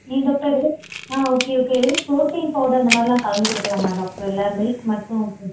இந்த இப்போ இருக்கு ஆ ஓகே ஓகே வெறும் ப்ரோட்டின் பவுடர் இந்த மாதிரிலாம் கலந்து கொடுக்கலாமா டாக்டர் இல்லை மில்க் மட்டும் ம்